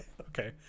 Okay